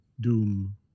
Doom